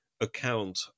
account